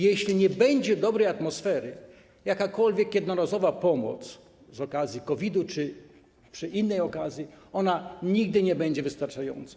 Jeśli nie będzie dobrej atmosfery, jakakolwiek jednorazowa pomoc z okazji COVID-u czy innej okazji nigdy nie będzie wystarczająca.